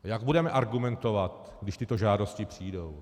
Jak budeme argumentovat, když tyto žádosti přijdou?